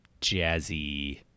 jazzy